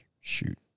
shoot